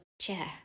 chair